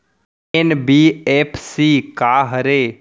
NBFC का हरे?